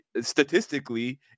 statistically